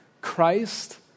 Christ